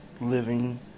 living